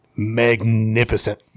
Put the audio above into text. Magnificent